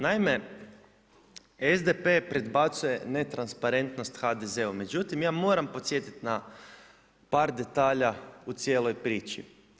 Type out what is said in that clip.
Naime, SDP prebacuje netransparentnost HDZ-u, međutim ja moram podsjetiti na par detalja u cijeloj priči.